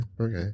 okay